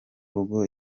rugo